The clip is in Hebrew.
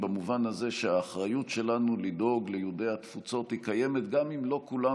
במובן הזה שהאחריות שלנו לדאוג ליהודי התפוצות קיימת גם אם לא כולם